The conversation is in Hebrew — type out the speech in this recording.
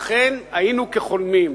אכן, היינו כחולמים.